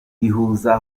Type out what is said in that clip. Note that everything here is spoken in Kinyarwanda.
rihuza